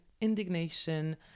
indignation